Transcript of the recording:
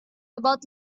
about